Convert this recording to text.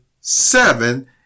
seven